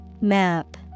Map